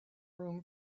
room